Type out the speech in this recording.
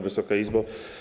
Wysoka Izbo!